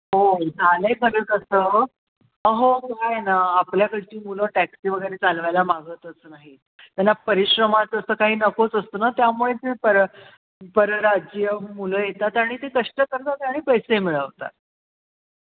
होय झाला आहे बघा कसं अहो काय आहे ना आपल्याकडची मुलं टॅक्सी वगैरे चालवायला मागतच नाही त्यांना परिश्रमाचा असं काही नकोच असतो ना त्यामुळे ते पर परराज्यीय मुलं येतात आणि ती कष्ट करतात आणि पैसे मिळवतात